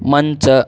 ಮಂಚ